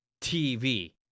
TV